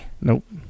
Nope